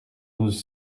douze